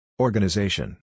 Organization